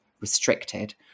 restricted